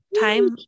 Time